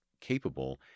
capable